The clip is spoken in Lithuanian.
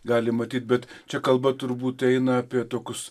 galim matyt bet čia kalba turbūt eina apie tokius